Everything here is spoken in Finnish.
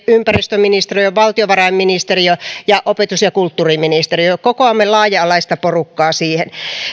ympäristöministeriö valtiovarainministeriö ja opetus ja kulttuuriministeriö kokoamme laaja alaista porukkaa siihen